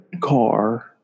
car